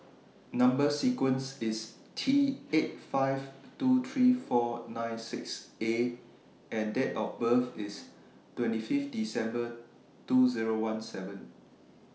Number sequence IS T eight five two three four nine six A and Date of birth IS twenty five December two Zero one seven